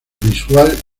visual